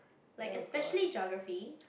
like especially Geography